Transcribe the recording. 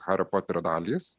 hario poterio dalys